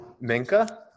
Minka